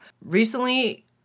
recently